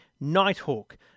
Nighthawk